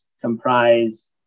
comprise